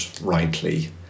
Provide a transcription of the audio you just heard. rightly